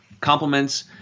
Compliments